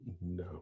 No